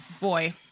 boy